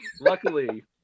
Luckily